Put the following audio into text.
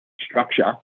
structure